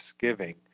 thanksgiving